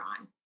on